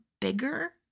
bigger